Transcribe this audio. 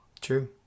True